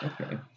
Okay